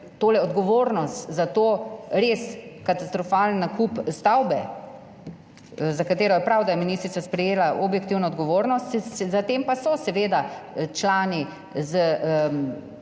tole, odgovornost za to res katastrofalen nakup stavbe, za katero je prav, da je ministrica sprejela objektivno odgovornost. Za tem pa so seveda člani z